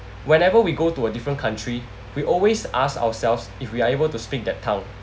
whenever we go to a different country we always ask ourselves if we are able to speak that tongue